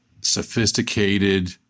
sophisticated